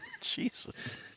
Jesus